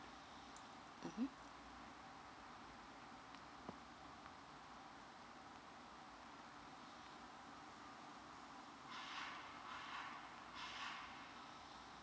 mm